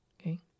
Okay